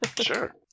Sure